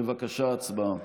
בבקשה, הצבעה.